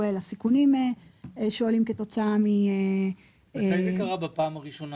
לסיכונים שעולים כתוצאה -- מתי הייתה הפעם הראשונה